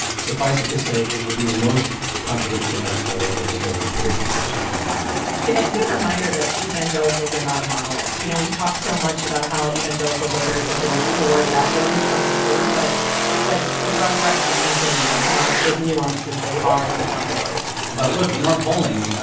suffice it to say, it will be the most controversial editorial that has ever appeared in christianity today it's a good reminder that evangelicals are not a monolith. you know, we talk so much about how evangelical voters have been the core and backbone of trump's support. but it's like the broad brush we paint them in is not as nuanced as they are as a bloc of voters but look. in our polling,